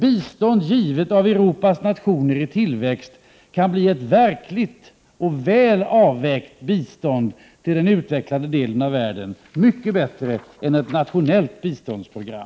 Bistånd, givet av Europas nationer i tillväxt, kan bli ett verkligt och väl avvägt bistånd till den utvecklande delen av världen — mycket bättre än ett nationellt biståndsprogram.